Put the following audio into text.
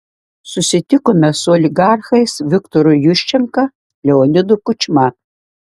susitikome su oligarchais viktoru juščenka leonidu kučma